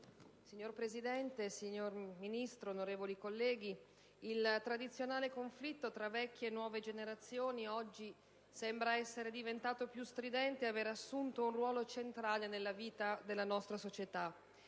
Signora Presidente, signora Ministro, onorevoli colleghi, il tradizionale conflitto tra vecchie e nuove generazioni oggi sembra essere diventato più stridente e aver assunto un ruolo centrale nella vita della nostra società.